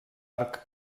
arc